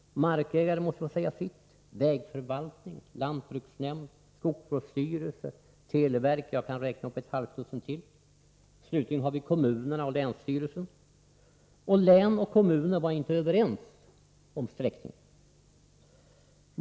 Markägare måste få säga sitt, vägförvaltning, lantbruksnämnd, skogsvårdsstyrelse, televerk osv. — jag kan räkna upp ett halvt dussin till. Slutligen hade vi kommunerna och länsstyrelsen. Och län och kommuner var inte överens om sträckningen.